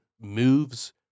moves